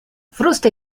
frusta